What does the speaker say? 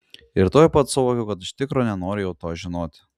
ir tuoj pat suvokiau kad iš tikro nenoriu jau to žinoti